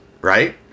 right